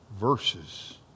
verses